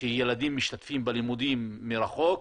שילדים משתתפים בלימודים מרחוק,